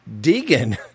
Deegan